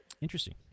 Interesting